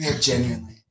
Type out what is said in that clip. Genuinely